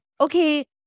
okay